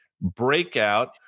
breakout